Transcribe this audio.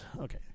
Okay